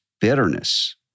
bitterness